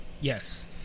Yes